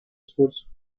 esfuerzo